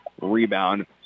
Rebound